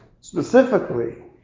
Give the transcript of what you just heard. specifically